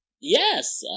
yes